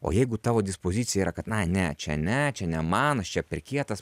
o jeigu tavo dispozicija yra kad na ne čia ne čia ne man aš čia per kietas